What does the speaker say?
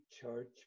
church